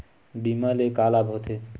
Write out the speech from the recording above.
बीमा ले का लाभ होथे?